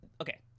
Okay